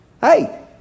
Hey